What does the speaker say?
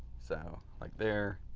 so, like there,